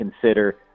consider